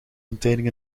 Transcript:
containing